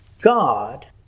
God